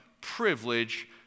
privilege